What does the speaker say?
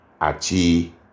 Ati